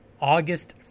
August